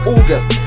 August